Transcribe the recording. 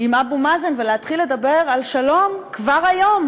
עם אבו מאזן ולהתחיל לדבר על שלום כבר היום.